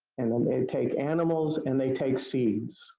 and and they take animals and they take seeds.